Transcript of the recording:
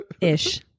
Ish